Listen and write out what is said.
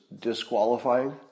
disqualifying